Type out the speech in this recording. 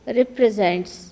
represents